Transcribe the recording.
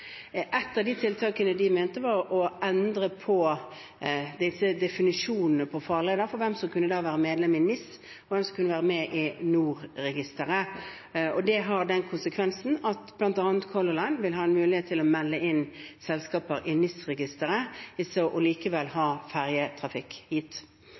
av tiltakene var å endre definisjonene av farleder når det gjelder hvem som kunne være medlem i NIS-registeret og hvem som kunne være med i NOR-registeret. Det har den konsekvensen at bl.a. Color Line vil ha en mulighet til å melde inn selskaper i